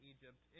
Egypt